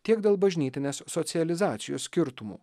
tiek dėl bažnytinės socializacijos skirtumų